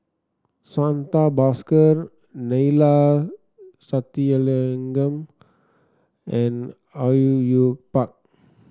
Santha Bhaskar Neila Sathyalingam and Au Yue Yue Pak